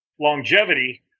longevity